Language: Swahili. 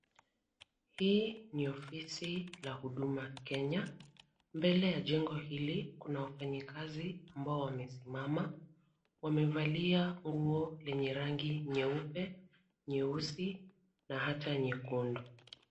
Hii ni ofisi la huduma Kenya, mbele ya jengo hili kuna wafanyikazi ambao wamesimama, wamevalia nguo yenye rangi nyeupe, nyeusi na ata nyekundu.